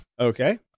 okay